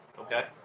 okay